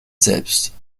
selbst